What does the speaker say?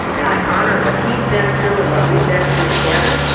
and i honour what he's been through and what we've been through together.